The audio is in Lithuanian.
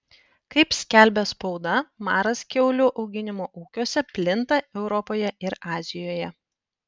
kaip skelbia spauda maras kiaulių auginimo ūkiuose plinta europoje ir azijoje